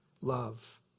Love